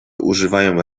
używają